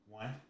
one